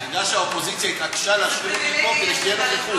תדע שהאופוזיציה התעקשה להשאיר אותי פה כדי שתהיה נוכחות,